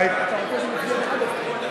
אתה רוצה שנצביע בעד ההסתייגות?